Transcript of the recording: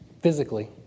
physically